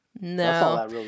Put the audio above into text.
No